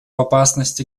опасности